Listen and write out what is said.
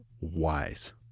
wise